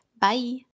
bye